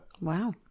Wow